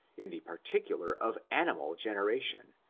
in the particular of animal generation,